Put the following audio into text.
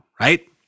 right